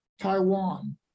Taiwan